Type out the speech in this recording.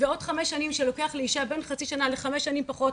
ועוד חמש שנים שלוקח לאישה בין חצי שנה לחמש שנים פחות,